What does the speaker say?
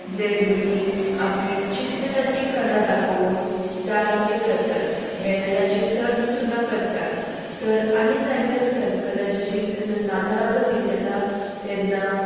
जंय भुरगीं आपली चित्राची कला दाखोवन जायते करतात बॅनराचीे सर्त सुद्दां करतात तर आनी जायत्यो सर्त कला जशी जेन्ना नातालाचो दीस येता तेन्ना